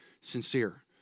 Sincere